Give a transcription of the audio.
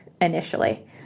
initially